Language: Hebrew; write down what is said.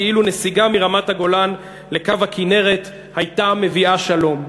כאילו נסיגה מרמת-הגולן לקו הכינרת הייתה מביאה שלום.